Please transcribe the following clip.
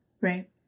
Right